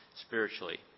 spiritually